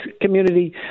community